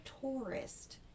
tourist